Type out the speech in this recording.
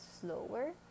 slower